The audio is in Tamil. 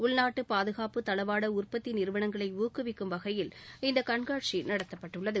உள்நாட்டு பாதுகாப்பு தளவாட உற்பத்தி நிறுவனங்களை ஊக்குவிக்கும் வகையில் இந்த கண்காட்சி நடத்தப்பட்டுள்ளது